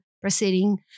proceeding